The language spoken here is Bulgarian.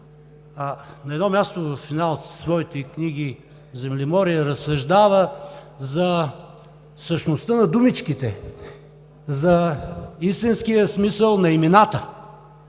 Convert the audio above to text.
на едно място във финала на своите книги „Землеморие“ разсъждава за същността на думичките, за истинския смисъл на имената,